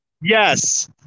Yes